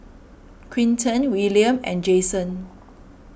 Quinten Wiliam and Jason